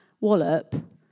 wallop